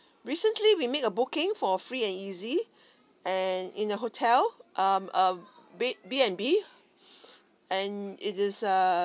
recently we made a booking for free and easy and in a hotel um um bed B&B and it is err